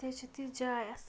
تہِ حظ چھِ تہِ جاے آس